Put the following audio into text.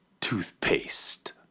Toothpaste